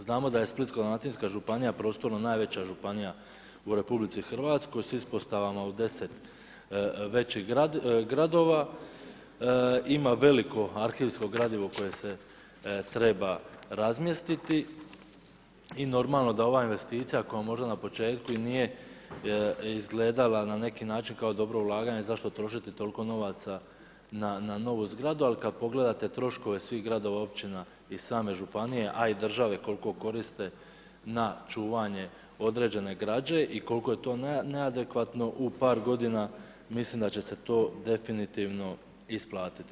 Znamo da je Splitsko-dalmatinska županija prostorno najveća županija u RH s ispostavama u 10 većih gradova, ima veliko arhivsko gradivo koje se treba razmjestiti i normalno da ova investicija koja možda na početku i nije izgledala na neki način kao dobro ulaganje zašto trošiti toliko novaca na novu zgradu, ali kad pogledate troškova svih gradova, općina i same županije a i države koliko koriste na čuvanje određene građe i koliko je to neadekvatno, u par godina mislim da će se to definitivno isplatiti.